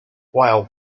while